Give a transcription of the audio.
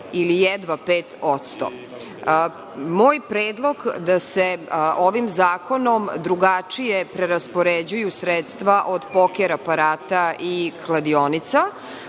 ili jedva 5%.Moj predlog da se ovim zakonom drugačije preraspoređuju sredstva od poker aparata i kladionica,